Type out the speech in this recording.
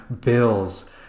Bills